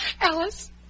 Alice